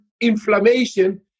inflammation